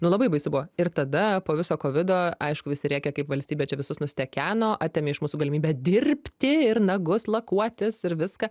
nu labai baisu buvo ir tada po viso kovido aišku vis rėkia kaip valstybė čia visus nustekeno atėmė iš mūsų galimybę dirbti ir nagus lakuotis ir viską